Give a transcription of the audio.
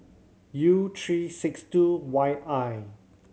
U three six two Y I